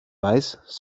weiß